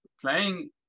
playing